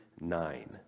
nine